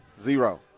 Zero